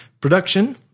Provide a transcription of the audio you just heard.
Production